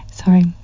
Sorry